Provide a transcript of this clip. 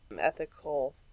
ethical